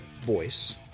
voice